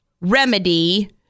remedy